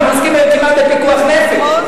אנחנו עוסקים כמעט בפיקוח נפש.